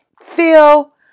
feel